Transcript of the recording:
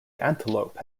antelope